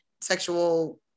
sexual